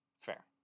Fair